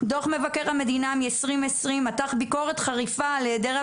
דלקות עיניים,